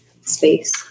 space